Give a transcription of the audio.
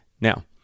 Now